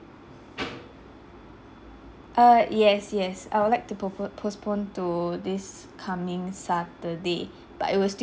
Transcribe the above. err yes yes I would like to propo~ postpone to this coming saturday but it will still